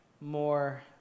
more